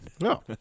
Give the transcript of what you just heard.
No